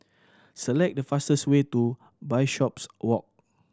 select the fastest way to Bishopswalk